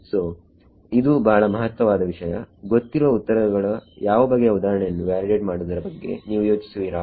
ಸೋಇದು ಬಹಳ ಮಹತ್ವವಾದ ವಿಷಯಗೊತ್ತಿರುವ ಉತ್ತರಗಳ ಯಾವ ಬಗೆಯ ಉದಾಹರಣೆಗಳನ್ನು ವ್ಯಾಲಿಡೇಟ್ ಮಾಡುವುದರ ಬಗ್ಗೆ ನೀವು ಯೋಚಿಸುವಿರಾ